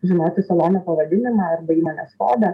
žinoti salono pavadinimą arba įmonės kodą